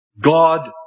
God